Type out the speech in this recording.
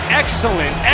excellent